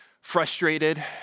frustrated